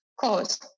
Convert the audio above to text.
cause